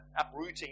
uprooting